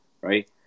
right